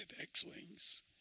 X-Wings